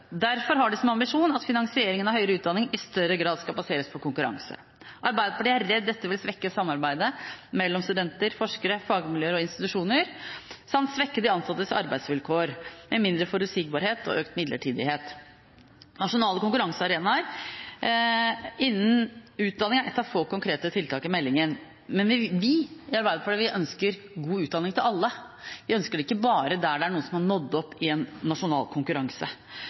Derfor har de som ambisjon at finansieringen av høyere utdanning i større grad skal baseres på konkurranse. Arbeiderpartiet er redd dette vil svekke samarbeidet mellom studenter, forskere, fagmiljøer og institusjoner samt svekke de ansattes arbeidsvilkår, med mindre forutsigbarhet og økt midlertidighet. Nasjonale konkurransearenaer innen utdanning er ett av få konkrete tiltak i meldingen, men vi i Arbeiderpartiet ønsker god utdanning til alle, vi ønsker det ikke bare der noen har nådd opp i en nasjonal konkurranse